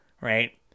Right